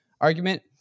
argument